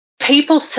people